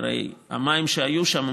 כי הרי המים שהיו שם,